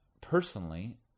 personally